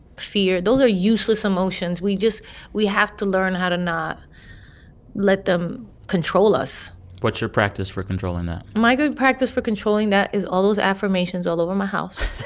fear those are useless emotions. we just we have to learn how to not let them control us what's your practice for controlling them? my good practice for controlling that is all those affirmations all over my house.